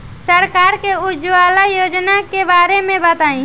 सरकार के उज्जवला योजना के बारे में बताईं?